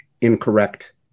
incorrect